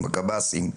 הקב"סים,